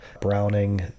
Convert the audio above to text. browning